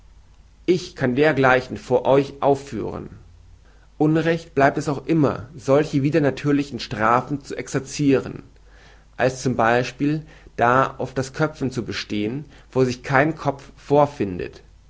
ich kann dergleichen vor euch aufführen unrecht bleibt es auch immer solche widernatürliche strafen zu exerziren als z b da auf das köpfen zu bestehen wo sich kein kopf vorfindet